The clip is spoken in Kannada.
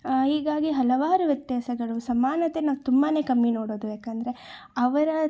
ಹೀಗಾಗಿ ಹಲವಾರು ವ್ಯತ್ಯಾಸಗಳು ಸಮಾನತೆ ನಾವು ತುಂಬ ಕಮ್ಮಿ ನೋಡೋದು ಏಕಂದ್ರೆ ಅವರ